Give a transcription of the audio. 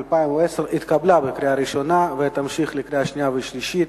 התקבלה בקריאה ראשונה ותעבור להכנה לקריאה שנייה ושלישית